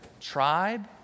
tribe